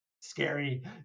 scary